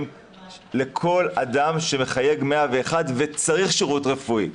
לכל אדם שמחייג 101 וצריך שירות רפואי.